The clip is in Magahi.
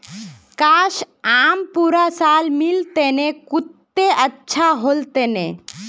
काश, आम पूरा साल मिल तने कत्ते अच्छा होल तने